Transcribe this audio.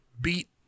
beat